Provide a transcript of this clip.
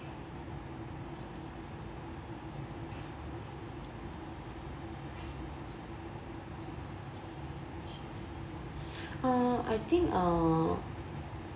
uh I think uh